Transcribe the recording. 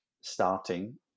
starting